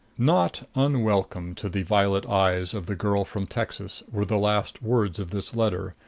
not unwelcome to the violet eyes of the girl from texas were the last words of this letter,